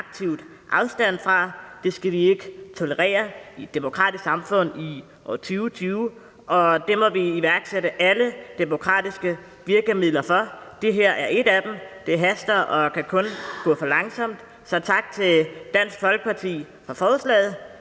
aktivt afstand fra. Dem skal vi ikke tolerere i et demokratisk samfund i år 2020, og vi må iværksætte alle demokratiske virkemidler for at undgå dem. Det her er et af dem. Det haster – og kan kun gå for langsomt. Så tak til Dansk Folkeparti for forslaget.